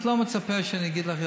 את לא מצפה שאני אגיד לך,